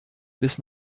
bis